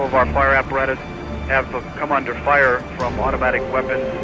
of our fire apparatus have come under fire from automatic weapons,